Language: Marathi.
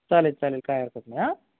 चालेल चालेल काय हरकत नाही आं